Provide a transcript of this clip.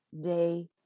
day